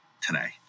today